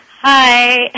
Hi